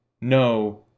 no